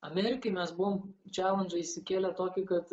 amerikai mes buvom čelandžą išsikėlę tokį kad